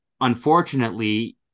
unfortunately